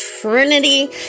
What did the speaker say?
trinity